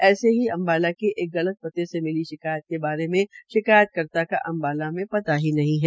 ऐसे ही अम्बाला के एक गलत पते से मिली शिकायत के बारे में शिकायतकर्ता का अम्बाला में पता ही नहीं है